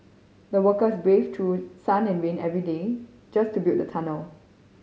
the workers braved through sun and rain every day just to build the tunnel